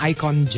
Icon